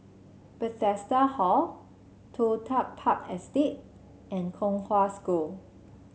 Bethesda Hall Toh Tuck Park Estate and Kong Hwa School